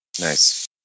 Nice